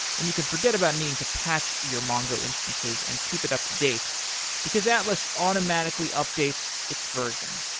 and you could forget about needing to patch your mongo instances and keep it up-to-date, because atlas automatically updates its version.